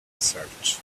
search